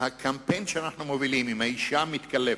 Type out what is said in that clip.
הקמפיין שאנחנו מובילים עם האשה המתקלפת,